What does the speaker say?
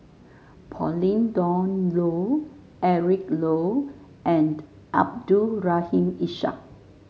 Pauline Dawn Loh Eric Low and Abdul Rahim Ishak